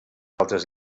altres